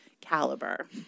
caliber